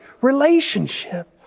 relationship